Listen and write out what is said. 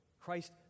Christ